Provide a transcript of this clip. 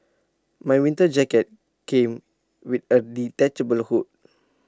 my winter jacket came with A detachable hood